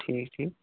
ٹھیٖک ٹھیٖک